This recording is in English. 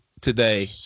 today